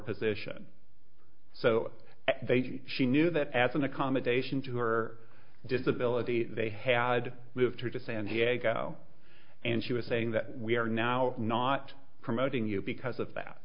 position so she knew that as an accommodation to her disability they had moved her to san diego and she was saying that we are now not promoting you because of that